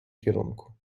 kierunku